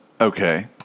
Okay